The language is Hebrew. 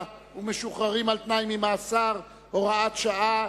ומשוחררים על-תנאי ממאסר (הוראת שעה),